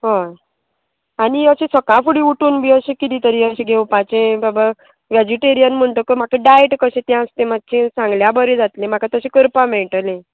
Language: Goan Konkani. हय आनी अशें सकाळ फुडें उठून बी अशें किदें तरी अशें घेवपाचें बाबा वेजिटेरियन म्हणटकच म्हाका डायट कशें तें आस तें मातचें सांगल्या बरें जातलें म्हाका तशें करपा मेळटलें